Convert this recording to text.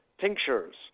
tinctures